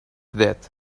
that